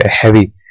heavy